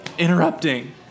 interrupting